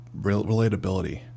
relatability